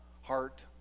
Heart